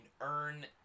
earn